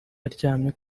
aryamye